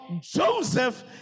Joseph